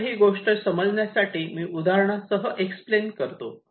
तुम्हाला ही गोष्ट समजण्यासाठी मी उदाहरणासह एक्सप्लेन करतो